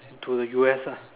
to the U_S lah